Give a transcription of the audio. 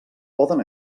poden